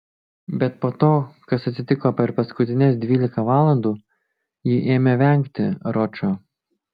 bet po to kas atsitiko per paskutines dvylika valandų ji ėmė vengti ročo